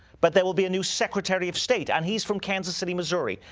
but there will be a new secretary of state, and he's from kansas city, missouri.